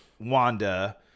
Wanda